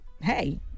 hey